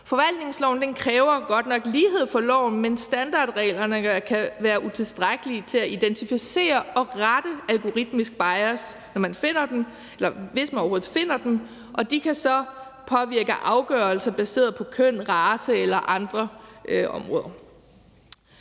Forvaltningsloven kræver godt nok lighed for loven, men standardreglerne kan være utilstrækkelige til at identificere og rette algoritmisk bias, når man finder den – altså hvis man overhovedet finder den – og de kan så påvirke afgørelser baseret på køn, race eller andre områder.